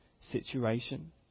situation